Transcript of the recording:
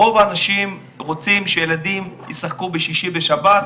רוב האנשים רוצים שהילדים ישחקו בשישי ושבת.